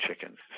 chickens